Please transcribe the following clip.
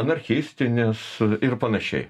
anarchistinės ir panašiai